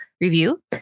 Review